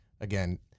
again